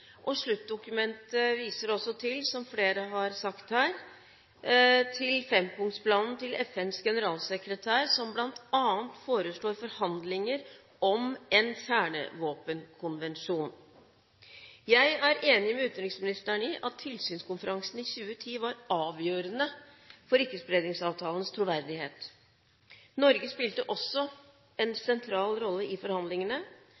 Sluttdokumentet viser også til, som flere har sagt her, til fempunktsplanen til FNs generalsekretær, som bl.a. foreslår forhandlinger om en kjernevåpenkonvensjon. Jeg er enig med utenriksministeren i at tilsynskonferansen i 2010 var avgjørende for Ikke-spredningsavtalens troverdighet. Norge spilte også en sentral rolle i forhandlingene.